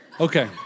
Okay